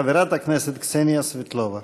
חברת הכנסת קסניה סבטלובה.